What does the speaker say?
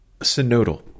Synodal